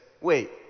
Wait